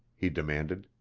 he demanded.